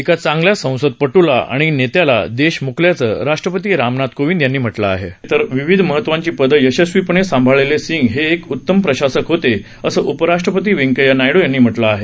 एका चांगल्या संसदपट्टला आणि नेत्याला देश मुकल्याचं राष्ट्रपती रामनाथ कोविंद यांनी म्हटलं आहे तर विविध महत्वाची पदं यशस्वीपणे सांभाळलेले सिंग हे एक उतम प्रशासक होते असं उपराष्ट्रपती व्यंकय्या नायडू यांनी म्हटलं आहे